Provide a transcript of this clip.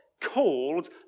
called